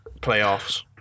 Playoffs